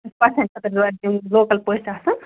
یُس پَژھٮ۪ن خٲطرٕ لوکل پٔژھۍ آسن